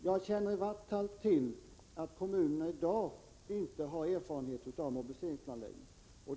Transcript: Jag känner i varje fall till att kommunerna i dag inte har erfarenhet av mobiliseringsplanläggning.